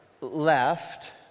left